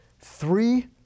three